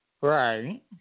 Right